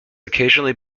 occasionally